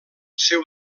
seu